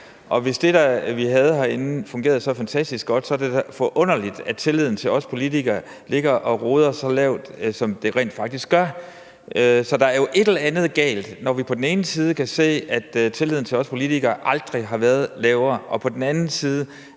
hvis det, vi har herinde, fungerede så fantastisk godt, så er det da forunderligt, at tilliden til os politikere ligger og roder så lavt, som den rent faktisk gør. Så der er jo et eller andet galt, når vi på den ene side kan se, at tilliden til os politikere aldrig har været lavere, og at der på den anden side